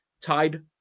tied